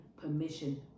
permission